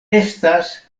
estas